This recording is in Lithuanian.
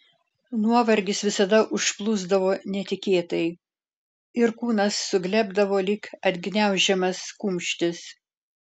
nuovargis visada užplūsdavo netikėtai ir kūnas suglebdavo lyg atgniaužiamas kumštis